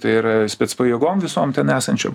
tai yra specpajėgom visom ten esančiom